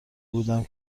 بودم